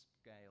scale